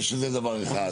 שזה דבר אחד.